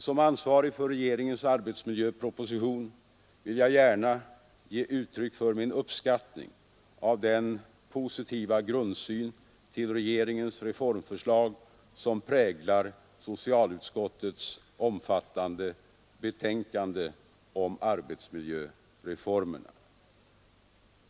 Som ansvarig för regeringens arbetsmiljöproposition vill jag gärna ge uttryck för min uppskattning av den positiva grundsyn till regeringens reformförslag som präglar socialutskottets omfattande betänkande om arbetsmiljöreformerna.